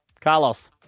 Carlos